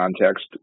context